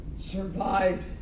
survived